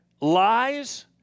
lies